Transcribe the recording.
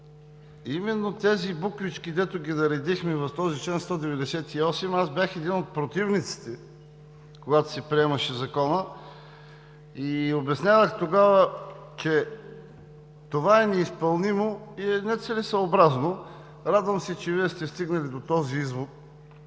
но именно на тези буквички, дето ги наредихме в този чл. 198, аз бях един от противниците, когато се приемаше Законът. Обяснявах тогава, че това е неизпълнимо и е нецелесъобразно. Радвам се, че Вие сте стигнали до този извод